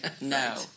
No